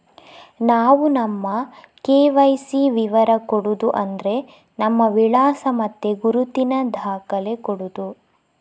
ನಾವು ನಮ್ಮ ಕೆ.ವೈ.ಸಿ ವಿವರ ಕೊಡುದು ಅಂದ್ರೆ ನಮ್ಮ ವಿಳಾಸ ಮತ್ತೆ ಗುರುತಿನ ದಾಖಲೆ ಕೊಡುದು